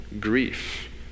grief